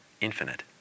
infinite